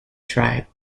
tribe